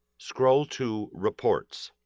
scroll to reports.